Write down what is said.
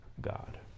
God